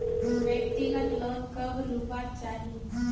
व्यक्तिगत लोन कब लुबार चही?